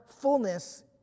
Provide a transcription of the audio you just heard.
fullness